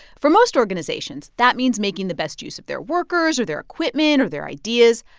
for most organizations, that means making the best use of their workers or their equipment or their ideas.